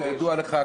כידוע לך,